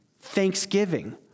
Thanksgiving